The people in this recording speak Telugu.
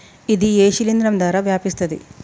ఇది ఏ శిలింద్రం ద్వారా వ్యాపిస్తది?